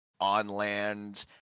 on-land